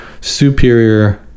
superior